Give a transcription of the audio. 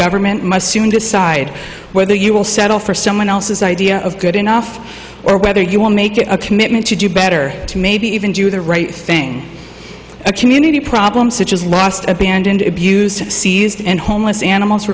government must soon decide whether you will settle for someone else's idea of good enough or whether you will make a commitment to do better to maybe even do the right thing a community problem such as lost abandoned abused and homeless animals